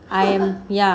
I'm ya